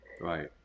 Right